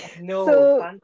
no